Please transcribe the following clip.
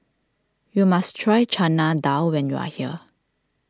you must try Chana Dal when you are here